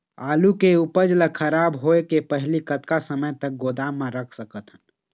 आलू के उपज ला खराब होय के पहली कतका समय तक गोदाम म रख सकत हन?